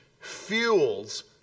fuels